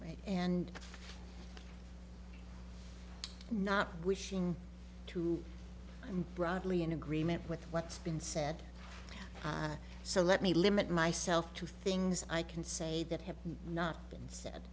offensive and not wishing to i'm broadly in agreement with what's been said so let me limit myself to things i can say that have not been said